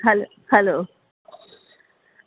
hello hello